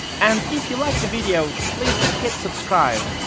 and if you liked the video please hit subscribe